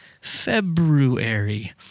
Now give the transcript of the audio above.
February